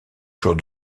joueur